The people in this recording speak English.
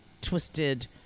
twisted